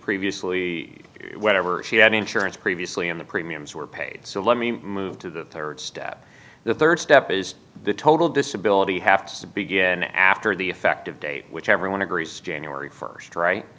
previously whatever she had insurance previously in the premiums were paid so let me move to the rd step the rd step is the total disability have to begin after the effective date which everyone agrees january st right